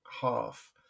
half